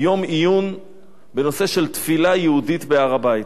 יום עיון בנושא תפילה יהודית בהר-הבית.